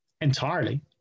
entirely